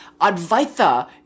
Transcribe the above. Advaita